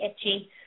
itchy